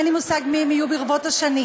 אין לי מושג מי הם יהיו ברבות השנים.